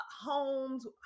homes